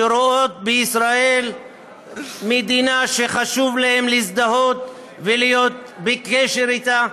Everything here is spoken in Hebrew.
שרואות בישראל מדינה שחשוב להן להזדהות ולהיות בקשר איתה.